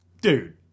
Dude